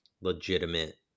legitimate